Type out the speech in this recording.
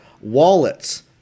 wallets